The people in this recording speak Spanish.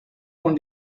con